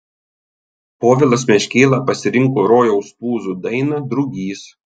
povilas meškėla pasirinko rojaus tūzų dainą drugys